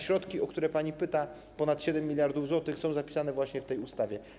Środki, o które pani pyta, ponad 7 mld zł, są zapisane właśnie w tej ustawie.